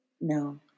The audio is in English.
No